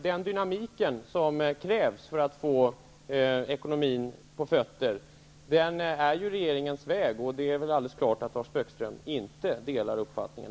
Den dynamik som krävs för att få ekonomin på fötter är regeringens väg. Det är ju alldeles klart att Lars Bäckström inte delar den uppfattningen.